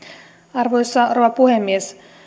arvoisa rouva puhemies